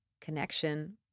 connection